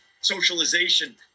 socialization